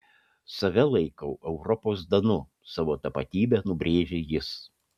save laikau europos danu savo tapatybę nubrėžė jis